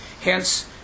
hence